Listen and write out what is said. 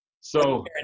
So-